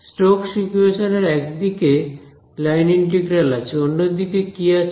Stokes equation এর একদিকে line integral আছেঅন্যদিকে কি আছে